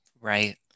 Right